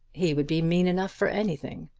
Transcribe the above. he would be mean enough for anything.